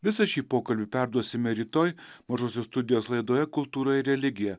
visą šį pokalbį perduosime rytoj mažosios studijos laidoje kultūra ir religija